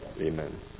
amen